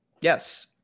Yes